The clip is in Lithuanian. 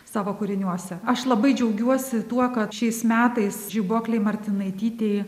savo kūriniuose aš labai džiaugiuosi tuo kad šiais metais žibuoklei martinaitytei